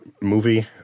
movie